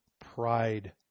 pride